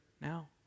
now